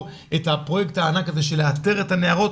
את הפרויקט הענק הזה של לאתר את הנערות,